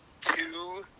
Two